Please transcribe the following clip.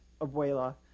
abuela